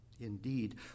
Indeed